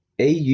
AU